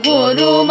Guru